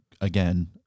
again